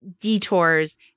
detours